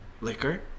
Liquor